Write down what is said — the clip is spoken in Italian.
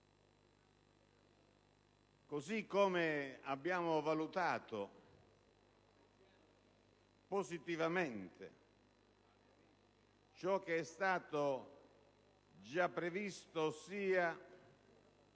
modo, abbiamo valutato positivamente ciò che è stato già previsto, ossia